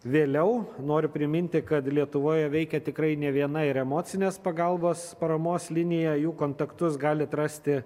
vėliau noriu priminti kad lietuvoje veikia tikrai ne viena ir emocinės pagalbos paramos linija jų kontaktus galit rasti